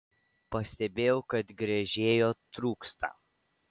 pastebėjau kad gręžėjo trūksta